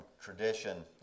tradition